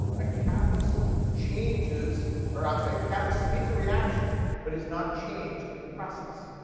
a catalyst changes or i'm sorry, a catalyst speeds a reaction but is not changed in the process.